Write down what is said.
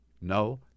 no